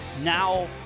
Now